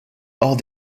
hors